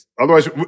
Otherwise